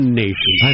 nation